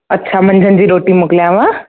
अच्छा मंझंदि जी रोटी मोकिलियांव